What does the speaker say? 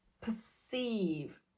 perceive